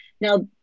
now